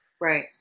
right